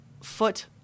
foot